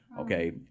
Okay